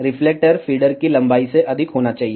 reflector feeder की लंबाई से अधिक होना चाहिए